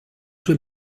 sue